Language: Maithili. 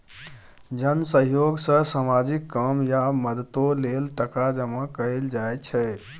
जन सहयोग सँ सामाजिक काम या मदतो लेल टका जमा कएल जाइ छै